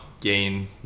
gain